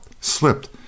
slipped